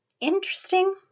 interesting